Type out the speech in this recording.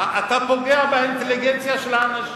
אתה פוגע באינטליגנציה של האנשים.